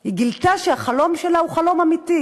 היא גילתה שהחלום שלה הוא חלום אמיתי,